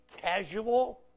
casual